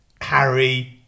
Harry